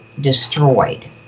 destroyed